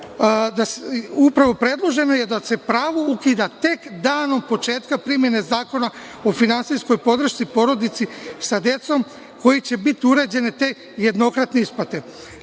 rekla –predloženo je da se pravo ukida tek danom početka primene Zakona o finansijskoj podršci porodici sa decom kojima će biti uređene te jednokratne isplate.